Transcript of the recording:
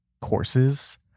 courses